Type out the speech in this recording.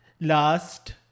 last